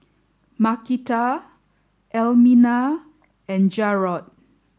Markita Elmina and Jarod